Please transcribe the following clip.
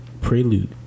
Prelude